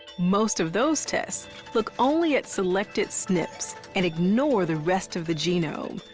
most of those tests look only at selected snps and ignore the rest of the genome,